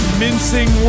mincing